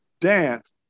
dance